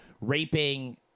raping